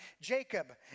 Jacob